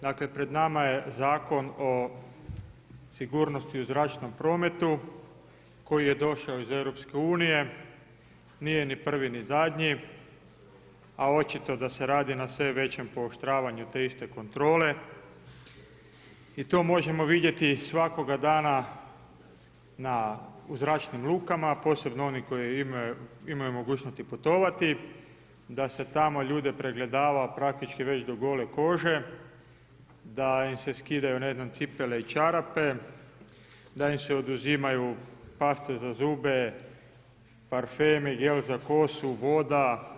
Dakle, pred nama je zakon o sigurnosti u zračnom prometu koji je došao iz EU, nije ni prvi ni zadnji, a očito da se radi na sve većem pooštravanju te iste kontrole i to možemo vidjeti svakoga dana u zračnim lukama, posebno onim koji imaju mogućnosti putovati, da se tamo ljude pregledava, praktički već do gole kože, da im se skidaju, ne znam cipele i čarape, da im se oduzimaju paste za zube, parfemi, gel za kosu, voda.